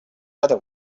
other